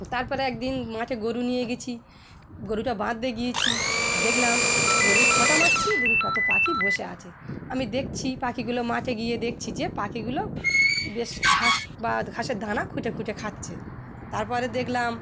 তারপরে একদিন মাঠে গরু নিয়ে গিয়েছি গরুটা বাঁধতে গিয়েছি দেখলাম গরুর খোঁটা মারছি দেখি কত পাখি বসে আছে আমি দেখছি পাখিগুলো মাঠে গিয়ে দেখছি যে পাখিগুলো বেশ ঘাস বা ঘাসের দানা খুঁটে খুঁটে খাচ্ছে তারপরে দেখলাম